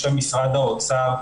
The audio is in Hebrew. בשם משרד האוצר.